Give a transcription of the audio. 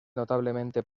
notablemente